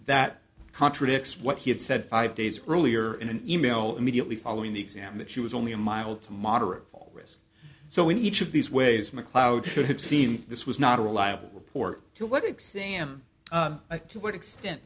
that contradicts what he had said five days earlier in an e mail immediately following the exam that she was only a mild to moderate fall so in each of these ways macleod should have seen this was not a reliable report to what extent am i to what extent